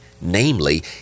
namely